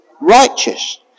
righteous